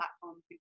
platforms